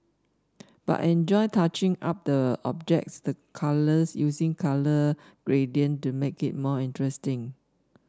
but I enjoy touching up the objects the colours using colour gradient to make it more interesting